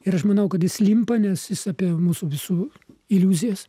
ir aš manau kad jis limpa nes jis apie mūsų visų iliuzijas